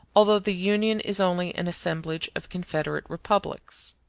although the union is only an assemblage of confederate republics.